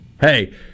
Hey